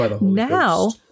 now